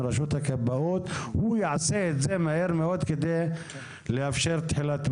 מרשות הכבאות והוא יעשה את זה מהר מאוד כדי לאפשר את התחלת הבנייה.